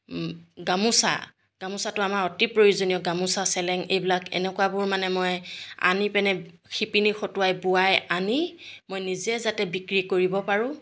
গামোচা গামোচাটো আমাৰ অতি প্ৰয়োজনীয় গামোচা চেলেং এইবিলাক এনেকুৱাবোৰ মানে মই আনি পেনে শিপিনী হতুৱাই বোৱাই আনি মই নিজে যাতে বিক্ৰী কৰিব পাৰোঁ